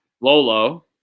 Lolo